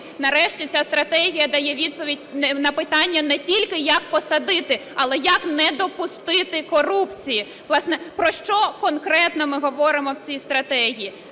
нарешті ця стратегія дає відповідь на питання не тільки як посадити, але як не допустити корупції. Власне, про що конкретно ми говоримо в цій стратегії: